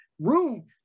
room